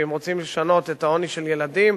ואם רוצים לשנות את העוני של ילדים,